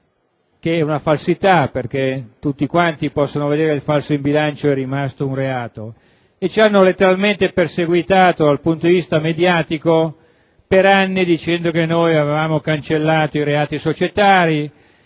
che è una falsità perché tutti quanti possono vedere che il falso in bilancio è rimasto un reato. Per anni ci hanno letteralmente perseguitato dal punto di vista mediatico, dicendo che avevamo cancellato i reati societari